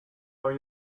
are